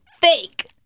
fake